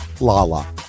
Lala